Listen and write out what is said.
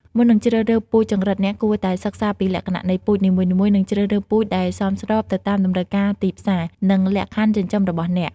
មុននឹងជ្រើសរើសពូជចង្រិត អ្នកគួរតែសិក្សាពីលក្ខណៈនៃពូជនីមួយៗ និងជ្រើសរើសពូជដែលសមស្របទៅតាមតម្រូវការទីផ្សារ និងលក្ខខណ្ឌចិញ្ចឹមរបស់អ្នក។